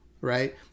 right